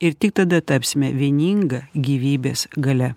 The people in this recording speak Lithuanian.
ir tik tada tapsime vieninga gyvybės galia